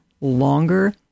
longer